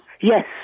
Yes